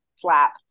flap